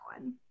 one